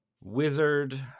wizard